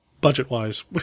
Budget-wise